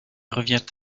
revient